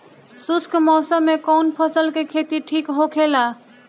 शुष्क मौसम में कउन फसल के खेती ठीक होखेला?